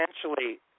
essentially